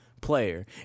player